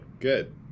Good